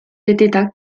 beteta